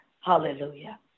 hallelujah